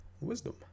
wisdom